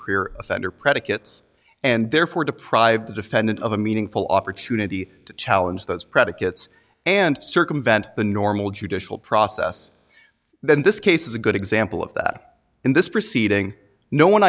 clear offender predicates and therefore deprive the defendant of a meaningful opportunity to challenge those predicates and circumvent the normal judicial process then this case is a good example of that in this proceeding no one